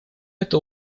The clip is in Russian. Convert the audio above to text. это